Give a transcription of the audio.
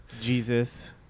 jesus